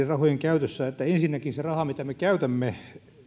rahojen käytössä ja selvittää ne että ensinnäkin se raha mitä me käytämme